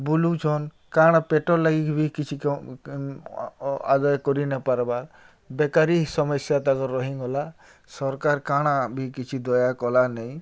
ବୁଲୁଛନ୍ କାଣା ପେଟର୍ ଲାଗିକି ବି କିଛି ଆଦୟ କରିନାଇପାର୍ବାର୍ ବେକାରୀ ସମସ୍ୟା ତାଙ୍କର୍ ରହିଗଲା ସର୍କାର୍ କାଣା ବି କିଛି ଦୟା କଲାନି